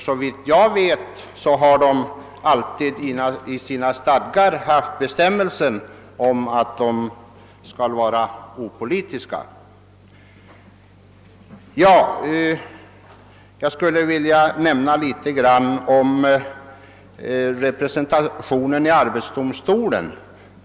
Såvitt jag vet har syndikalisterna i sina stadgar alltid haft bestämmelsen att de skall vara opolitiska. Jag skulle också något vilja beröra representationen i =: arbetsdomstolen.